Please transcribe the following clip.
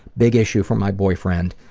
big issue from my boyfriend,